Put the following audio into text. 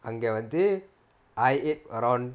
அங்க வந்து:anga vanthu I ate around